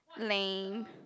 lame